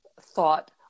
thought